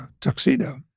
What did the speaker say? tuxedo